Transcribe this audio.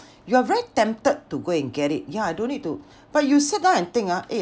you are very tempted to go and get it yeah I don't need to but you sit down and think ah eh